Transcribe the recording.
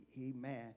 amen